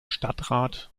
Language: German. stadtrat